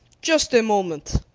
just a moment,